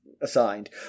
assigned